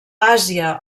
àsia